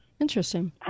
Interesting